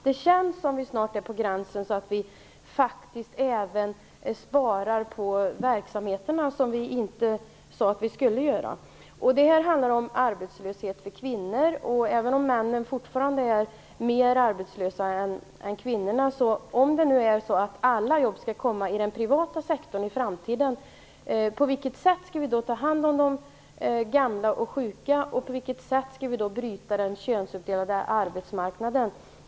Det känns som om vi snart är på gränsen till att faktiskt även spara på verksamheterna, som vi sade att vi inte skulle göra. Det här handlar om arbetslöshet för kvinnor, även om männen fortfarande är mer arbetslösa än kvinnorna. Om nu alla jobb skall komma i den privata sektorn i framtiden, på vilket sätt skall vi då ta hand om de gamla och sjuka, och på vilket sätt skall vi bryta den könsuppdelade arbetsmarknaden?